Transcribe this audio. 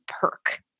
perk